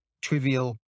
trivial